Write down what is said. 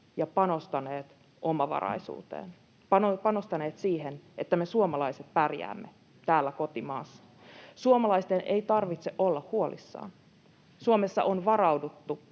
ja panostaneet omavaraisuuteen — panostaneet siihen, että me suomalaiset pärjäämme täällä kotimaassamme. Suomalaisten ei tarvitse olla huolissaan. Suomessa on varauduttu,